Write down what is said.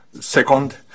second